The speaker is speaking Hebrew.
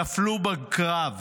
828 נפלו בקרב.